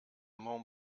mont